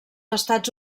estats